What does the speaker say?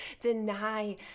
deny